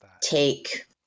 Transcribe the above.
take